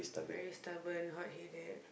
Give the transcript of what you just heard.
very stubborn hot headed